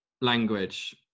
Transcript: language